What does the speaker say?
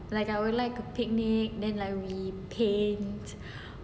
like I would like a picnic then we paint